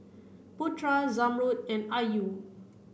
Putra Zamrud and Ayu